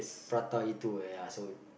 prata itu eh ya so